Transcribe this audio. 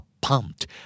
Pumped